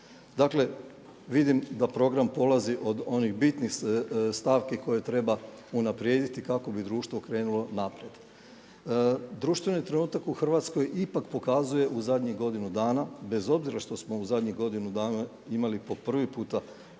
Dakle, vidim da program polazi od onih bitnih stavki koje treba unaprijediti kako bi društvo krenulo naprijed. Društveni trenutak u Hrvatskoj ipak pokazuje u zadnjih godinu dana bez obzira što smo u zadnjih godinu dana imali po prvi puta